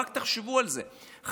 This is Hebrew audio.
רק תחשבו על זה,